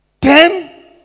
Ten